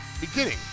beginning